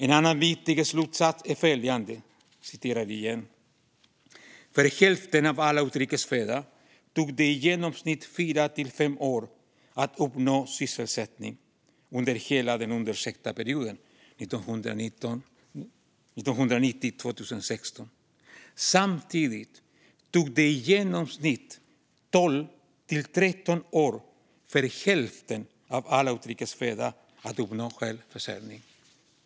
En annan viktig slutsats är följande: "För hälften av alla utrikes födda tog det i genomsnitt fyra till fem år för att uppnå sysselsättning under hela den undersökta perioden . Samtidigt tog det i genomsnitt 12-13 år för hälften av alla utrikes födda att uppnå självförsörjning."